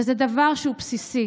זה דבר בסיסי